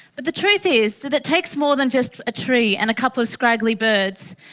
but the truth is that it takes more than just a tree and a couple of scraggly birds.